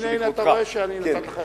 הנה, אתה רואה שאני נתתי לך את הזמן.